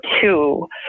two